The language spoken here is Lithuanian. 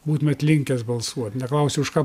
būtumėt linkęs balsuot neklausiu už ką